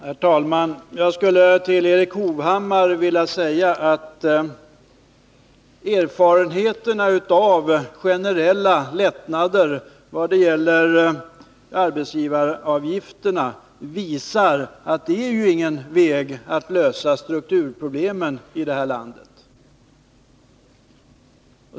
Herr talman! Jag skulle vilja säga till Erik Hovhammar att erfarenheterna av generella lättnader i vad det gäller arbetsgivaravgifterna visar att detta inte är någon väg att gå för att lösa strukturproblemen i det här landet.